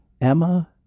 Emma